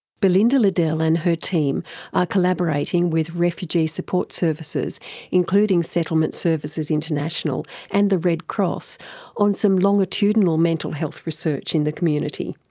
belinda liddell and her team are collaborating with refugee support services including settlement services international and the red cross on some longitudinal mental health research in the community.